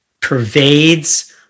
pervades